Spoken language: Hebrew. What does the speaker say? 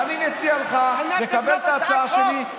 ואני מציע לך לקבל את ההצעה שלי,